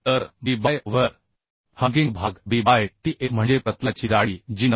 तर B by over hanging भाग B by tf म्हणजे प्रतलाची जाडी जी 9